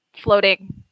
floating